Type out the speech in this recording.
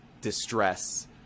distress